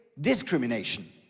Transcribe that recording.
discrimination